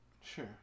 Sure